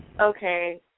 okay